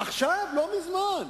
עכשיו, לא מזמן,